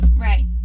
Right